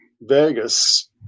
vegas